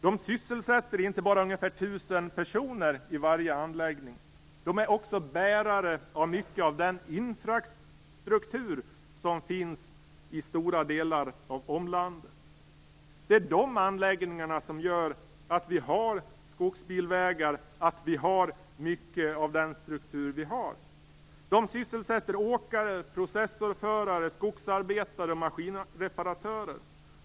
De sysselsätter inte bara ungefär 1 000 personer i varje anläggning, de är också bärare av mycket av den infrastruktur som finns i stora delar av omlandet. Det är de anläggningarna som gör att vi har skogsbilvägar och mycket av den struktur vi har. De sysselsätter åkare, processorförare, skogsarbetare och maskinreparatörer.